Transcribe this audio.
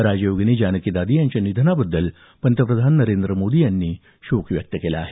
राजयोगिनी जानकी दादी यांच्या निधनाबद्दल पंतप्रधान नरेंद्र मोदी यांनी शोक व्यक्त केला आहे